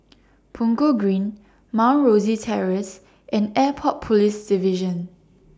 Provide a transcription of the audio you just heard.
Punggol Green Mount Rosie Terrace and Airport Police Division